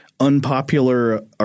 unpopular